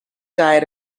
died